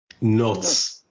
nuts